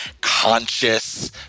conscious